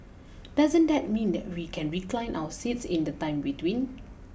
doesn't that mean that we can recline our seats in the time between